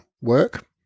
work